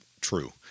true